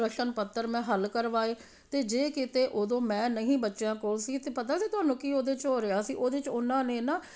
ਪ੍ਰਸ਼ਨ ਪੱਤਰ ਮੈਂ ਹੱਲ ਕਰਵਾਏ ਅਤੇ ਜੇੇ ਕਿਤੇ ਉਦੋਂ ਮੈਂ ਨਹੀਂ ਬੱਚਿਆਂ ਕੋਲ ਸੀ ਤਾਂ ਪਤਾ ਸੀ ਤੁਹਨੂੰ ਕੀ ਉਹਦੇ 'ਚ ਹੋ ਰਿਹਾ ਸੀ ਉਹਦੇ 'ਚ ਉਹਨਾਂ ਨੇ ਨਾ